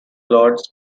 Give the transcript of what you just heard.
lords